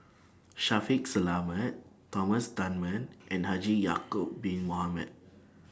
Shaffiq Selamat Thomas Dunman and Haji Ya'Acob Bin Mohamed